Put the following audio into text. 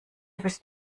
bist